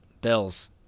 Bills